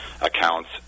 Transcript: accounts